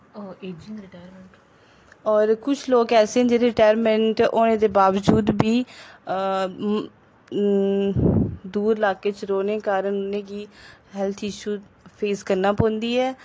और कुश लोक ऐसे न जेह्ड़े रिटायरमैंट होने दे बाबजूद बी दूर लाके च रौंह्ने कारण उनें गी हैल्थ इशु फेस करना पौंदी ऐ